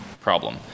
problem